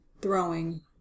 throwing